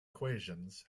equations